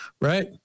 right